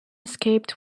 escaped